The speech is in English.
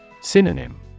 Synonym